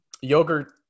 yogurt